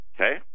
okay